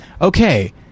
Okay